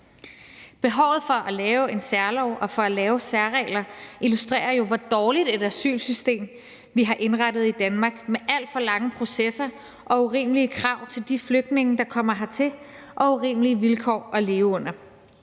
Behovet for at lave en særlov og for at lave særregler illustrerer jo, hvor dårligt et asylsystem vi har indrettet i Danmark, med alt for lange processer og urimelige krav til de flygtninge, der kommer hertil, og med urimelige vilkår at leve under.